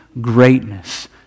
greatness